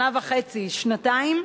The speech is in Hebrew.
שנה וחצי, שנתיים.